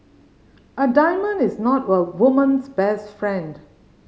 a diamond is not a woman's best friend